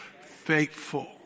faithful